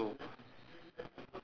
like thicken black